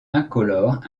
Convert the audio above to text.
incolore